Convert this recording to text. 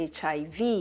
HIV